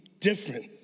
different